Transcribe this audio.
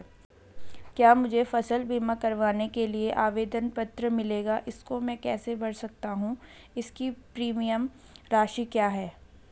क्या मुझे फसल बीमा करवाने के लिए आवेदन पत्र मिलेगा इसको मैं कैसे भर सकता हूँ इसकी प्रीमियम राशि क्या है?